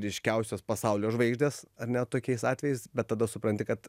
ryškiausios pasaulio žvaigždės ar ne tokiais atvejais bet tada supranti kad